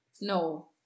No